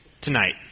tonight